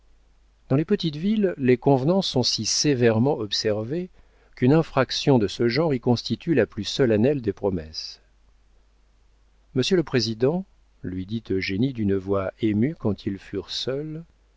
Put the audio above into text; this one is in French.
dans les petites villes les convenances sont si sévèrement observées qu'une infraction de ce genre y constitue la plus solennelle des promesses monsieur le président lui dit eugénie d'une voix émue quand ils furent seuls